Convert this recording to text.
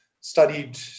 studied